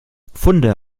funde